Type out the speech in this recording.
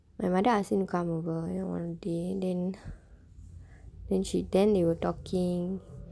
my mother asked him come over you know one day then then she then they were talking